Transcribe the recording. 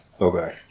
Okay